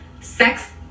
sex